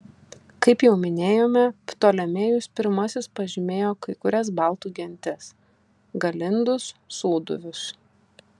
kaip jau minėjome ptolemėjus pirmasis pažymėjo kai kurias baltų gentis galindus sūduvius